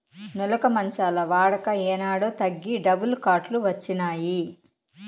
నులక మంచాల వాడక ఏనాడో తగ్గి డబుల్ కాట్ లు వచ్చినాయి